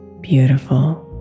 beautiful